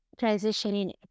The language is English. transitioning